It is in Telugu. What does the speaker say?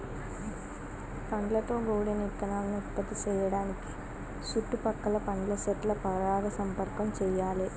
పండ్లతో గూడిన ఇత్తనాలను ఉత్పత్తి సేయడానికి సుట్టు పక్కల పండ్ల సెట్ల పరాగ సంపర్కం చెయ్యాలే